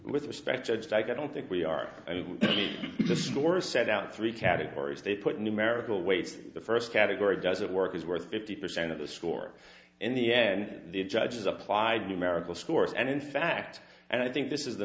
with respect judged i don't think we are the score set out three categories they put numerical weight the first category doesn't work is worth fifty percent of the score in the end the judges applied numerical scores and in fact and i think this is the